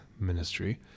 ministry